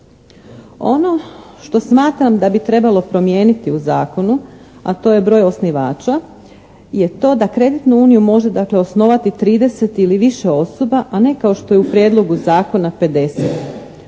Ono što smatram da bi trebalo promijeniti u zakonu a to je broj osnivača je to da kreditnu uniju može dakle osnovati trideset i više osoba a ne kao što je u prijedlogu zakona